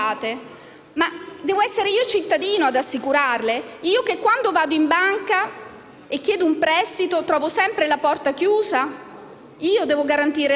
ma devo essere io cittadino ad assicurarle? Io che, quando vado in banca e chiedo un prestito, trovo sempre la porta chiusa? Io devo garantire la banca?